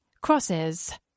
Crosses